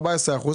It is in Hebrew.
14 אחוזים,